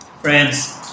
Friends